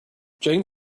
jane